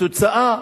התוצאה,